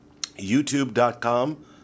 youtube.com